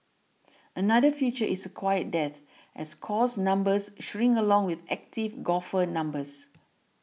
another future is a quiet death as course numbers shrink along with active golfer numbers